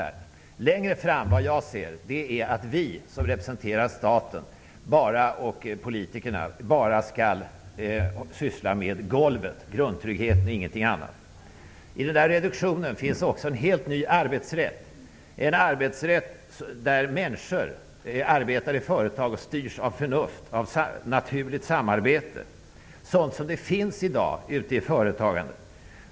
Som jag ser det i ett längre perspektiv är det vi politiker som representerar staten, och vi skall bara syssla med golvet, dvs. grundtryggheten, och ingenting annat. I denna reduktion ingår också en helt ny arbetsrätt, en arbetsrätt där människor som arbetar i företag styrs av förnuft, av naturligt samarbete, dvs. sådant som i dag finns ute i företagandet.